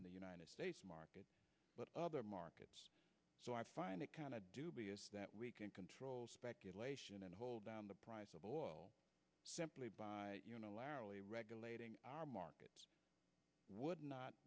in the united states market other markets so i find it kind of dubious that we can control speculation and hold down the price of oil simply by unilaterally regulating our market would not